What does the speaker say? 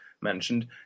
mentioned